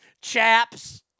chaps